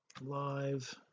Live